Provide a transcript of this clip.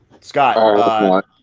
Scott